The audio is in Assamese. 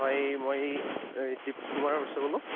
হয় মই এ দীপ কুমাৰ বসুৱে ক'লোঁ